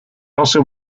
also